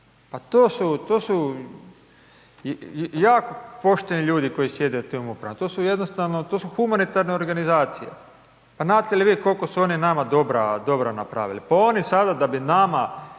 Pa to su jako pošteni ljudi koji sjede u tim upravama, to su jednostavno humanitarne organizacije. Pa znate li vi koliko su oni nama dobra, dobra napravili, pa oni sada da bi nama